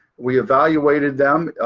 we evaluated them,